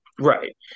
Right